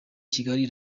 kigali